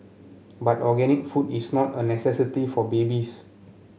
but organic food is not a necessity for babies